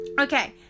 Okay